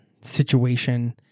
situation